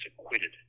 acquitted